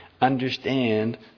understand